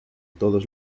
todos